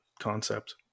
concept